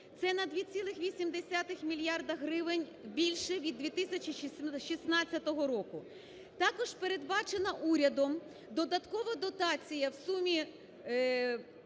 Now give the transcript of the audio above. Це на 2,8 мільярда гривень більше від 2016 року. Також передбачена урядом додаткова дотація в сумі